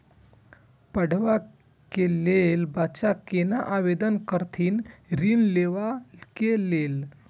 पढ़वा कै लैल बच्चा कैना आवेदन करथिन ऋण लेवा के लेल?